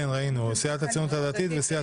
כן, ראינו, סיעת הציונות הדתית וסיעת הליכוד.